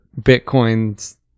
Bitcoin's